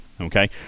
okay